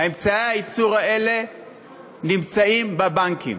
אמצעי הייצור האלה נמצאים בבנקים,